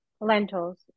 lentils